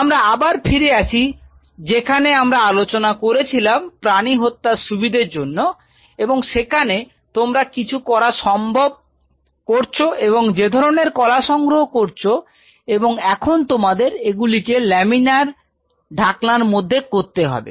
আমরা আবার ফিরে আসি যেখানে আমরা আলোচনা করেছিলাম প্রাণী হত্যার সুবিধের জন্য এবং সেখানে তোমরা কিছু করা সম্ভব করছ এবং যে ধরনের কলা সংগ্রহ করছে এবং এখন তোমাদের এগুলিকে লামিনার ঢাকনার মধ্যে করতে হবে